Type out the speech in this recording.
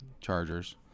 Chargers